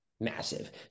massive